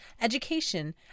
education